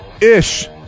ish